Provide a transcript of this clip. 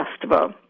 Festival